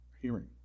Hearing